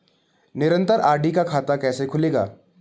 निरन्तर आर.डी का खाता कैसे खुलेगा?